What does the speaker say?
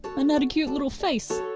and had a cute little face.